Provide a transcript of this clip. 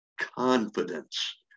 confidence